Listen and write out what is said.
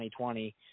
2020